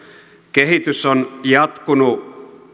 kehitys on jatkunut